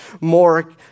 more